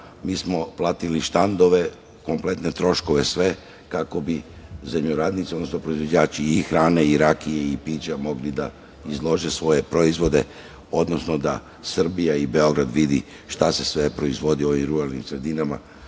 mi smo platili štandove, kompletne troškove sve kako bi zemljoradnici, odnosno proizvođači i hrane i rakije i pića mogli da izlože svoje proizvode, odnosno da Srbija i Beograd vide šta se sve proizvodi u ovim ruralnim sredinama.